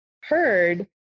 heard